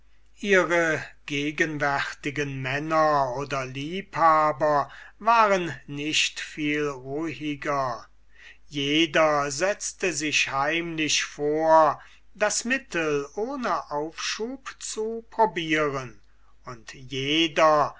ihre gegenwärtigen männer oder liebhaber waren nicht viel ruhiger jeder setzte sich heimlich vor das mittel ohne aufschub zu probieren und jeder